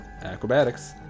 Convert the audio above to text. Acrobatics